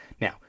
Now